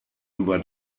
über